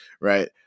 right